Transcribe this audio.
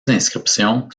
inscriptions